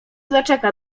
zaczeka